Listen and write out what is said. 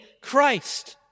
Christ